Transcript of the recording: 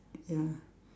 ya